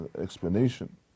explanation